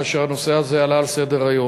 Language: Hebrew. כאשר הנושא הזה עלה על סדר-היום.